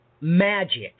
magic